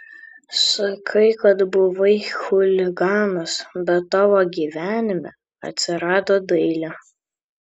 sakai kad buvai chuliganas bet tavo gyvenime atsirado dailė